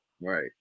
right